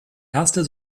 erste